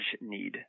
need